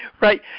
right